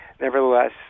nevertheless